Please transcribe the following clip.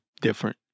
different